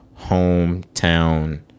hometown